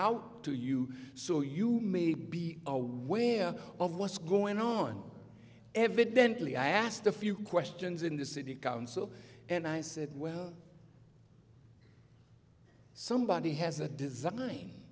out to you so you may be aware of what's going on evidently i asked a few questions in the city council and i said well somebody has a design